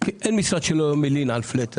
אין משרד שלא מלין על הפלט.